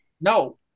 No